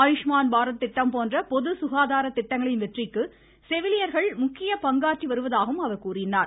ஆயுஷ்மான் பாரத் திட்டம் போன்ற பொது சுகாதார திட்டங்களின் வெற்றிக்கு செவிலியர்கள் முக்கிய பங்காற்றி வருவதாகவும் அவர் தெரிவித்தார்